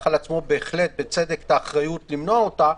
על עצמו בהחלט בצדק את האחריות למנוע אותה,